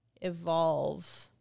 evolve